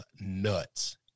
nuts